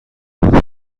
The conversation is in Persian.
بود